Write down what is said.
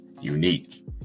Unique